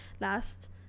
last